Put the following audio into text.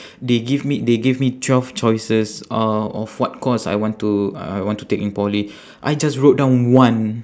they give me they gave me twelve choices uh of what course I want to uh I want to take in poly I just wrote down one